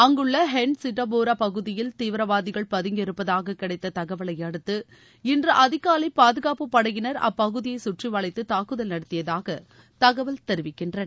அங்குள்ள ஹென்ட் சிட்டபோரா பகுதியில் தீவிரவாதிகள் பதங்கியிருப்பதாக கிடைத்த தகவலை அடுத்து இன்று அதிகாலை பாதுகாப்பு படையினர் அப்பகுதியை சுற்றிவலைத்து தாக்குதல் நடத்தியதாக தகவல் தெரிவிக்கின்றன